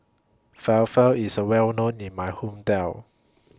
Falafel IS Well known in My Hometown